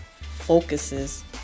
focuses